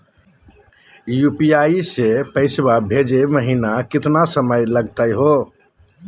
UPI स पैसवा भेजै महिना केतना समय लगही हो?